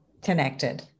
connected